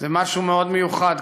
זה משהו מאוד מיוחד.